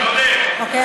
אוקיי.